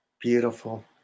Beautiful